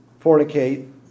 fornicate